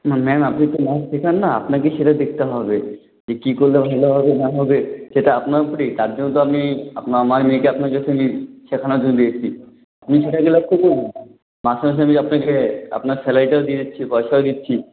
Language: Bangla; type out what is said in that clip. না ম্যাম আপনি তো নাচ শেখান না আপনাকেই সেটা দেখতে হবে যে কী করলে ভালো হবে না হবে সেটা আপনার উপরেই তার জন্য তো আমি আপনা আমার মেয়েকে আপনার কাছে দিয়েছি শেখানোর জন্য এসেছি আপনি শেখাতে পারছেন না মাসে মাসে আমি যে আপনাকে আপনার স্যালারিটাও দিয়ে দিচ্ছি পয়সাও দিচ্ছি